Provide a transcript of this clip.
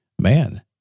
Man